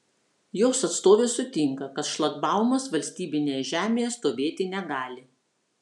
jos atstovė sutinka kad šlagbaumas valstybinėje žemėje stovėti negali